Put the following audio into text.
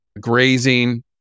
grazing